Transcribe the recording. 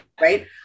Right